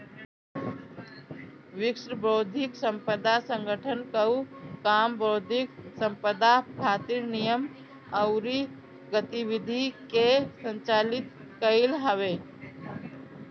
विश्व बौद्धिक संपदा संगठन कअ काम बौद्धिक संपदा खातिर नियम अउरी गतिविधि के संचालित कईल हवे